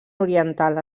oriental